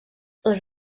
les